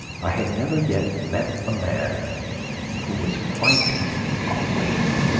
i have never yet met a man who was quite awake.